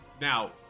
Now